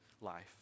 life